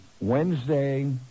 Wednesday